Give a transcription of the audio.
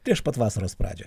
prieš pat vasaros pradžią